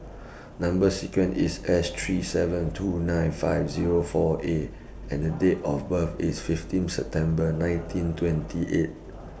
Number sequence IS S three seven two nine five Zero four A and Date of birth IS fifteen September nineteen twenty eight